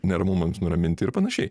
neramumams nuraminti ir panašiai